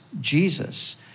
jesus